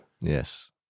Yes